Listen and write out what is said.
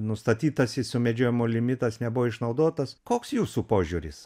nustatytasis sumedžiojimo limitas nebuvo išnaudotas koks jūsų požiūris